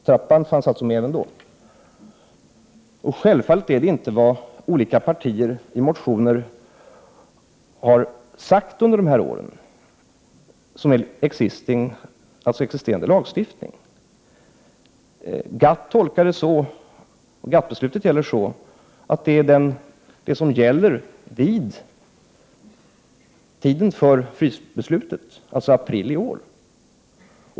Följaktligen fanns trappan med även då. Självfallet är det inte det som olika partier under åren har uttalat i motioner som är existerande lagstiftning. GATT-beslutet innebär att det är stödnivån vid tiden för beslutet om frysning som gäller, dvs. den nivå som stödet hade i april i år.